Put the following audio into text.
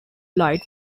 light